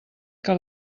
que